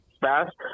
fast